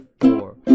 four